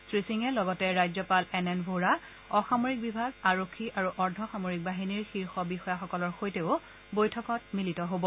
শ্ৰীসিঙে লগতে ৰাজ্যপাল এন এন ভোহৰা অসামৰিক বিভাগ আৰক্ষী আৰু অৰ্ধসামৰিক বাহিনীৰ শীৰ্ষ বিষয়াসকলৰ সৈতেও বৈঠকত মিলিত হব